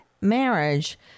marriage